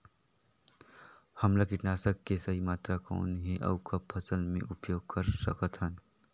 हमला कीटनाशक के सही मात्रा कौन हे अउ कब फसल मे उपयोग कर सकत हन?